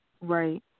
Right